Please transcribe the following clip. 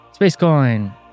Spacecoin